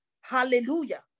hallelujah